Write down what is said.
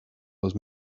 los